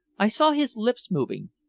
i saw his lips moving,